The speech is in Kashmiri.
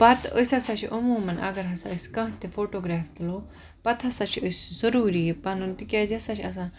پَتہ أسۍ ہَسا چھِ عموماً اگر ہسا آسہِ کانٛہہ تہِ فوٹوگریف تُلو پَتہٕ ہَسا چھِ أسۍ ضوٚروٗری یہِ پَنُن تکیازِ یہِ ہَسا چھ آسان